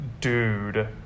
dude